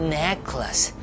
necklace